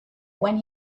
when